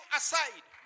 aside